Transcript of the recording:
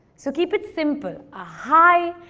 so keep it simple. a hi,